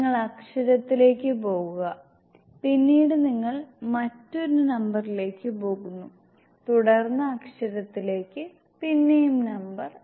നിങ്ങൾ അക്ഷരത്തിലേക്ക് പോകുക പിന്നീട് നിങ്ങൾ മറ്റൊരു നമ്പറിലേക്ക് പോകുന്നു തുടർന്ന് അക്ഷരത്തിലേക്ക് പിന്നെയും നമ്പർ